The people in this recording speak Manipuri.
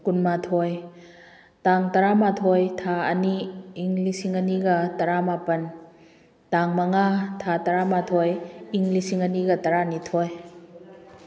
ꯀꯨꯟꯃꯥꯊꯣꯏ ꯇꯥꯡ ꯇꯔꯥꯃꯥꯊꯣꯏ ꯊꯥ ꯑꯅꯤ ꯏꯪ ꯂꯤꯁꯤꯡ ꯑꯅꯤꯒ ꯇꯔꯥꯃꯥꯄꯜ ꯇꯥꯡ ꯃꯉꯥ ꯊꯥ ꯇꯔꯥꯃꯥꯊꯣꯏ ꯏꯪ ꯂꯤꯁꯤꯡ ꯑꯅꯤꯒ ꯇꯔꯥꯅꯤꯊꯣꯏ